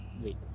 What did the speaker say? wait